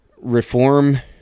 reform